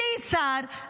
בלי שר,